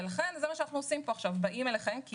זה מה שאנחנו עושים פה עכשיו, באים אליכם.